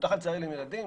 מותר לך לצלם ילדים?